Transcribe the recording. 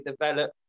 develop